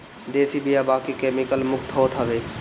देशी बिया बाकी केमिकल मुक्त होत हवे